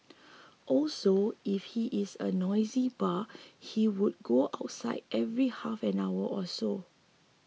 also if he is a noisy bar he would go outside every half an hour or so